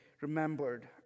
remembered